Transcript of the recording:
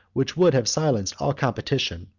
which would have silenced all competition,